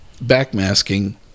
back-masking